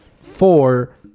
four